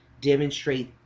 demonstrate